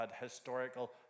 historical